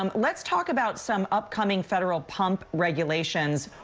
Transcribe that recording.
um let's talk about some upcoming federal pump regulations.